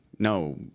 No